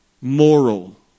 moral